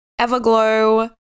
Everglow